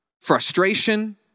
frustration